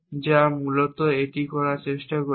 যা মূলত এটি করার চেষ্টা করছে